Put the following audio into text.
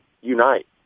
unite